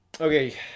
Okay